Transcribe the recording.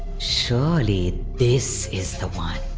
surely this is the one.